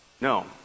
No